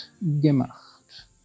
gemacht